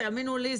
תאמינו לי,